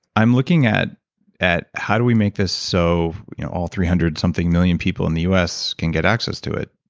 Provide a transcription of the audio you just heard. i'm looking at at how do we make this so you know three hundred something million people in the us can get access to it.